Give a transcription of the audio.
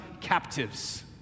captives